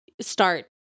start